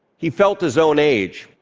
he felt his own age,